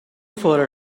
for